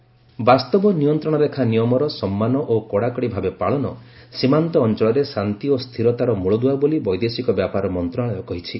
MEA LAC ବାସ୍ତବ ନିୟନ୍ତ୍ରଣ ରେଖା ନିୟମର ସମ୍ମାନ ଓ କଡ଼ାକଡ଼ି ଭାବେ ପାଳନ ସୀମାନ୍ତ ଅଞ୍ଚଳରେ ଶାନ୍ତି ଓ ସ୍ଥିରତାର ମୂଳଦୁଆ ବୋଲି ବୈଦେଶିକ ବ୍ୟାପାର ମନ୍ତ୍ରଣାଳୟ କହିଛି